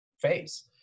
phase